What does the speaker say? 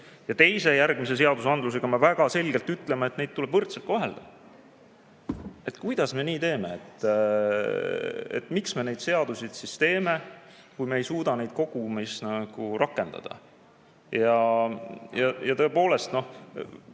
Ja teise, järgmise seadusega me väga selgelt ütleme, et neid inimesi tuleb võrdselt kohelda. Kuidas me nii teeme? Miks me neid seadusi siis teeme, kui me ei suuda neid kogumis rakendada? Tõepoolest,